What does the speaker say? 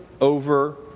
over